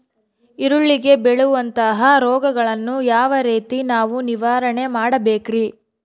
ಈರುಳ್ಳಿಗೆ ಬೇಳುವಂತಹ ರೋಗಗಳನ್ನು ಯಾವ ರೇತಿ ನಾವು ನಿವಾರಣೆ ಮಾಡಬೇಕ್ರಿ?